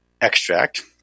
extract